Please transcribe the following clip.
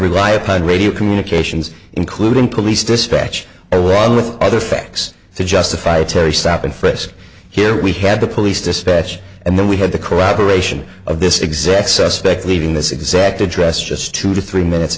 rely upon radio communications including police dispatch at well with other facts to justify a terry stop and frisk here we had the police dispatch and then we had the cooperation of this exact suspect leaving this exact address just two to three minutes